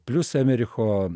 plius emericho